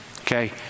Okay